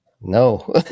no